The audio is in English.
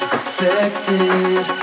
affected